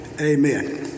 Amen